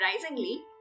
surprisingly